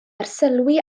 arsylwi